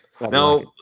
Now